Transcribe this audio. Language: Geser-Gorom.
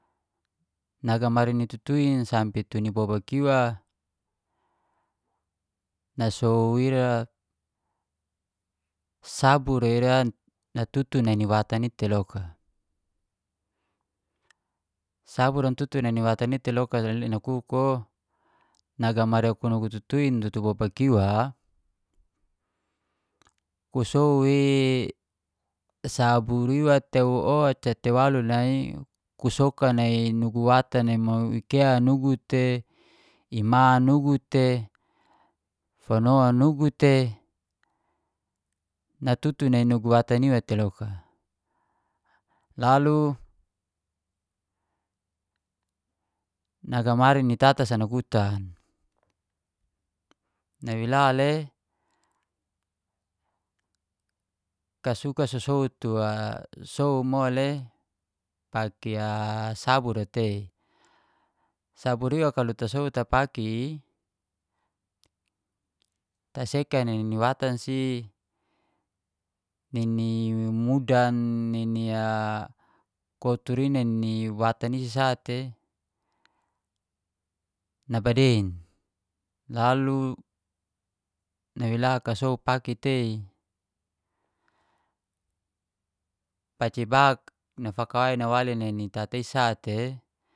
Nagamari i tutuin sampe tu ni bobak iwa, nasow ira sabur ra ira natutu nai iwatan i tei loka. Sabur natutu ni watan i tei loka le nakuk o nagamari aku tutuin, tutu bobak iwa ku sow i sabur iwa tei oca tei waluk nai ku soka nai nugu watan nai mo ika nugu te, ima nugu te, fano nugu te, natutu nai nugu watan iwa tei loka. Lalu nagamari ni tata sa nakutan, nawe la le kasuka sosow tua, sow mole pakai sabur ra tei? Sabur iwa kalau tasow tapake i taseka nai nini watan si, nini mudan, nini kotur i nai nini watan isi sate nabadein. Lalu, nawela ka sow pake tei? Pace bak nafakawai nawali nai ni tata i sate